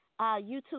YouTube